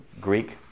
Greek